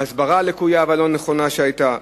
ההסברה הלקויה והלא-נכונה שהיתה,